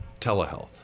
telehealth